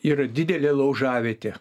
yra didelė laužavietė